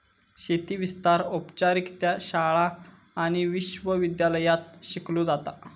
शेती विस्तार औपचारिकरित्या शाळा आणि विश्व विद्यालयांत शिकवलो जाता